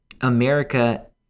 America